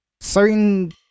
certain